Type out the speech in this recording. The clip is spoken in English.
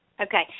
Okay